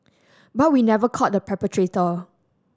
but we never caught the perpetrator